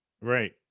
right